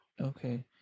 Okay